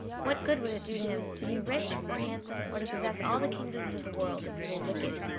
what good would it do him to be rich, or handsome, or to possess all the kingdoms of the world if he were wicked?